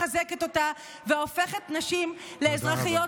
מחזקת אותה והופכת נשים לאזרחיות,